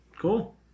cool